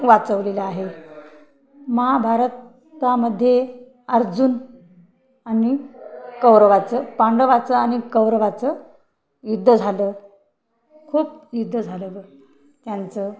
वाचवलं आहे महाभारतामध्ये अर्जुन आणि कौरवाचं पांडवाचं आणि कौरवाचं युद्द झालं खूप युद्ध झालेलं त्यांचं